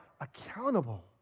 accountable